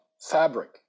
fabric